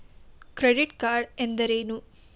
Credit card ಎಂದರೇನು?